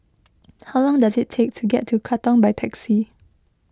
how long does it take to get to Katong by taxi